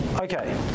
okay